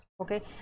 okay